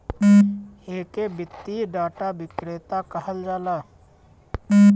एके वित्तीय डाटा विक्रेता कहल जाला